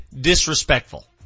disrespectful